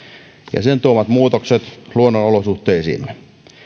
ja sen tuomat muutokset luonnonolosuhteisiimme